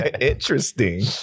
Interesting